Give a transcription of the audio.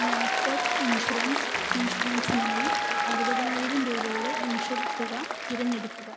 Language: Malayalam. ലാപ്ടോപ്പ് ഇൻഷുറൻസ് ഇൻഷുറൻസിനായി അറുപതിനായിരം രൂപയുടെ ഇൻഷുർ തുക തിരഞ്ഞെടുക്കുക